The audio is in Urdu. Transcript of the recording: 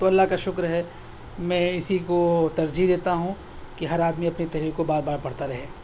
تو اللہ کا شکر ہے میں اِسی کو ترجیح دیتا ہوں کہ ہر آدمی اپنی تحریر کو بار بار پڑھتا رہے